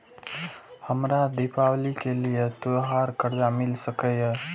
हमरा दिवाली के लिये त्योहार कर्जा मिल सकय?